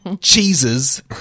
cheeses